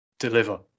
deliver